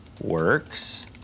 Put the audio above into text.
works